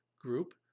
group